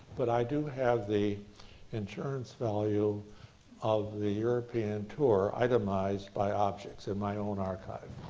but i do have the insurance value of the european tour, itemized by objects, in my own archives,